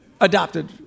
adopted